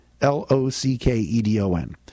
L-O-C-K-E-D-O-N